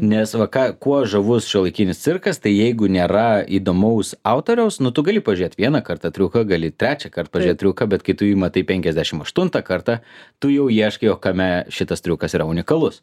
nes va ką kuo žavus šiuolaikinis cirkas tai jeigu nėra įdomaus autoriaus nu tu gali pažiūrėt vieną kartą triuką gali trečiąkart triuką bet kai tu jį matai penkiasdešim aštuntą kartą tu jau ieškai o kame šitas triukas yra unikalus